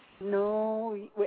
No